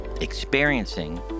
experiencing